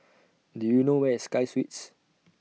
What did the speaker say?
Do YOU know Where IS Sky Suites